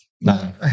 No